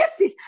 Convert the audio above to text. gypsies